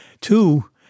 Two